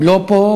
הוא לא פה,